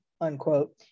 unquote